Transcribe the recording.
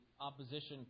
opposition